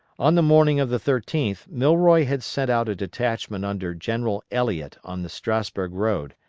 on the morning of the thirteenth milroy had sent out a detachment under general elliot on the strasburg road,